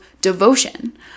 devotion